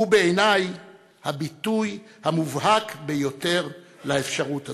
הוא בעיני הביטוי המובהק ביותר לאפשרות הזאת.